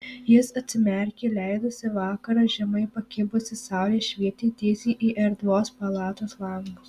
jis atsimerkė leidosi vakaras žemai pakibusi saulė švietė tiesiai į erdvios palatos langus